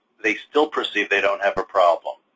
they still perceive they don't have a problem.